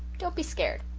don't be scared.